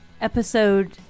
episode